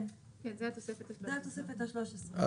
כן, זה התוספת ה-13.